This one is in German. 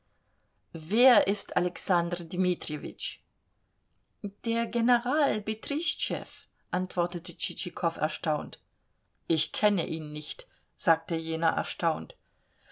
wer ist alexander dimitrijewitsch der general betrischtschew antwortete tschitschikow erstaunt ich kenne ihn nicht sagte jener erstaunt